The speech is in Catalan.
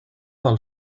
del